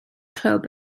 clwb